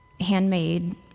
handmade